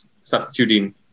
substituting